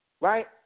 right